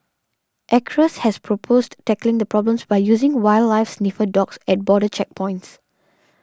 Acres has proposed tackling the problems by using wildlife sniffer dogs at border checkpoints